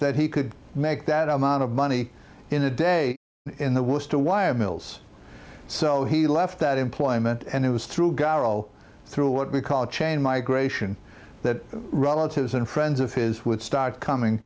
that he could make that amount of money in a day in the woods to wire mills so he left that employment and it was through garro through what we call chain migration that relatives and friends of his would start coming